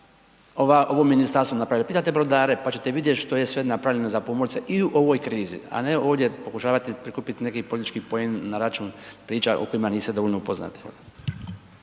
ovo ministarstvo napravilo, pitajte brodare, pa ćete vidjet što je sve napravljeno za pomorce i u ovoj krizi, a ne ovdje pokušavati prikupit neki politički poen na račun priča o kojima niste dovoljno upoznati.